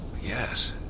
yes